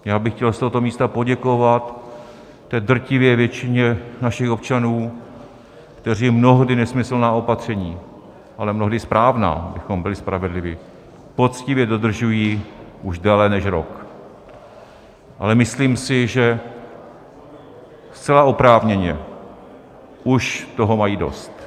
Já bych chtěl z tohoto místa poděkovat té drtivé většině našich občanů, kteří mnohdy nesmyslná opatření, ale mnohdy správná, abychom byli spravedliví, poctivě dodržují už déle než rok, ale myslím si, že zcela oprávněně už toho mají dost.